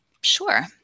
Sure